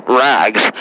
rags